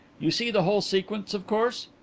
you see the whole sequence, of course?